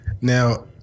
Now